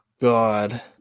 god